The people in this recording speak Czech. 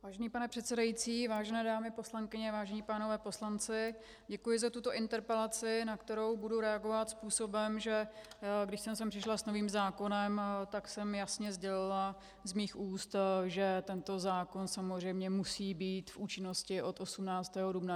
Vážený pane předsedající, vážené dámy poslankyně, vážení páni poslanci, děkuji za tuto interpelaci, na kterou budu reagovat způsobem, že když jsem sem přišla s novým zákonem, tak jsem jasně sdělila z mých úst, že tento zákon samozřejmě musí být v účinnosti od 18. dubna.